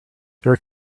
there